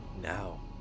Now